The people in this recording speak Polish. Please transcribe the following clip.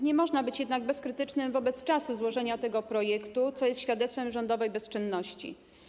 Nie można być jednak bezkrytycznym wobec czasu złożenia tego projektu, co jest świadectwem rządowej bezczynności.